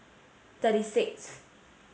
thirty sixth